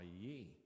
ye